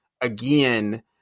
again